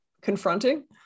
confronting